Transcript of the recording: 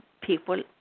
people